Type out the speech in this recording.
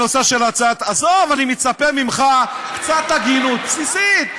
עזוב, אני מצפה ממך לקצת הגינות בסיסית.